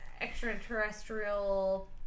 extraterrestrial